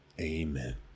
Amen